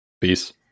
Peace